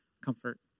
Comfort